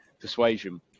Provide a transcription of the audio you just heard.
persuasion